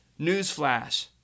Newsflash